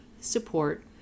support